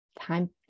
time